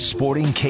Sporting